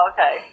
Okay